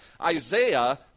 Isaiah